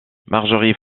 marjorie